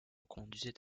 conduisit